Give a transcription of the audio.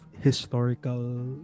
historical